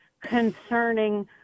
concerning